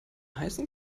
heißen